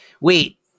wait